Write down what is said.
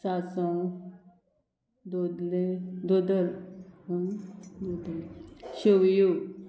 सांसव धोदले धोदल शेवयो